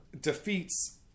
defeats